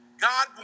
God